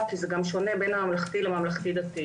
כי זה שונה בין הממלכתי לממלכתי-דתי.